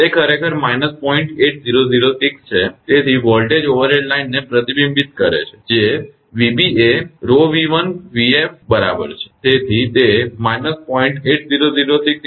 8006 આવે છે તેથી વોલ્ટેજ ઓવરહેડ લાઇનને પ્રતિબિંબિત કરે છે જે 𝑣𝑏 એ 𝜌𝑉1